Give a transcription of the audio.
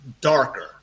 darker